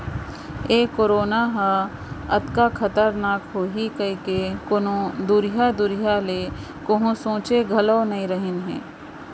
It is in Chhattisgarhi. ए करोना ह अतका खतरनाक होही कइको कोनों दुरिहा दुरिहा ले कोहूँ सोंचे घलौ नइ रहिन हें